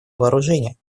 вооружения